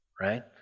right